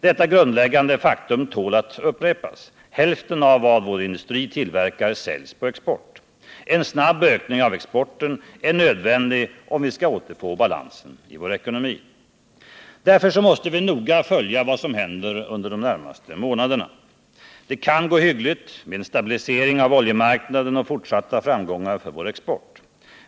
Detta grundläggande faktum tål att upprepas: hälften av vad vår industri tillverkar säljs på export. En snabb ökning av exporten är nödvändig om vi skall återfå balansen i vår ekonomi. Därför måste vi noga följa vad som händer under de närmaste månaderna. Det kan gå hyggligt, med en stabilisering av oljemarknaden och fortsatta framgångar för vår export.